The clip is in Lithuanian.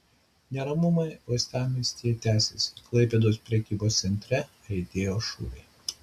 neramumai uostamiestyje tęsiasi klaipėdos prekybos centre aidėjo šūviai